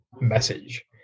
message